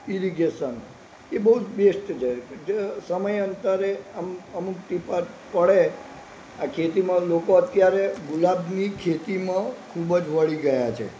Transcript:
irrigation એ બહુ best છે સમય અંતરે અમુક ટીપાં પડે આ ખેતીમાં લોકો અત્યારે ગુલાબની ખેતીમાં ખૂબ જ વળી ગયા છે